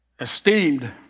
esteemed